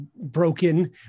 broken